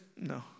no